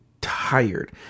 tired